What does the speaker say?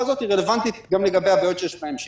הזאת רלוונטית גם לגבי הבעיות שיש בהמשך.